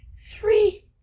Three